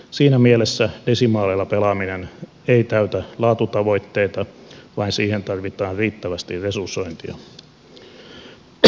siinä mielessä desimaaleilla pelaaminen ei täytä laatutavoitteita vaan siihen tarvitaan riittävästi resursointia